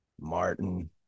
Martin